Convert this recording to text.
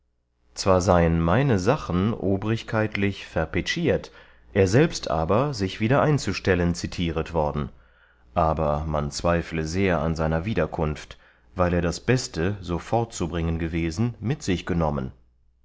zwar seien meine sachen obrigkeitlich verpetschiert er selbst aber sich wieder einzustellen zitieret worden aber man zweifle sehr an seiner wiederkunft weil er das beste so fortzubringen gewesen mit sich genommen